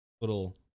little